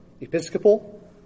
Episcopal